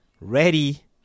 ready